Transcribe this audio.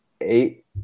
eight